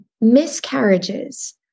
miscarriages